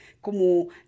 como